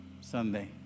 Sunday